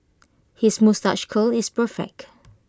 his moustache curl is perfect